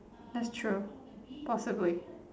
that's true possibly